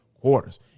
quarters